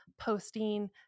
posting